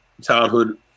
childhood